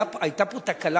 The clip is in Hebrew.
היתה פה תקלה